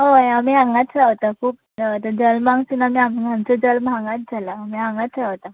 हय आमी हांगाच रावता खूब आमी जल्मानसून आमी आमचो जल्म हांगाच जाला आमी हांगाच रावता